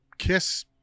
kiss